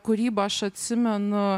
kūryba aš atsimenu